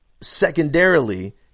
secondarily